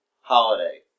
holiday